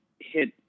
hit